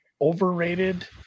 overrated